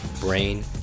Brain